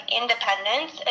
independence